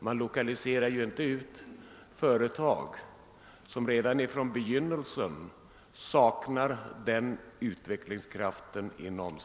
Man lokaliserar inte ut företag som redan från begynnelsen saknar en sådan utvecklingskraft.